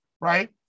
right